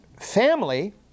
family